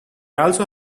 also